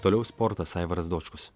toliau sportas aivaras dočkus